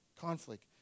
conflict